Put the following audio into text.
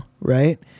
right